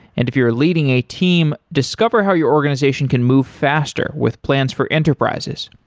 and if you're leading a team, discover how your organization can move faster with plans for enterprises.